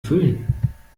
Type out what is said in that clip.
füllen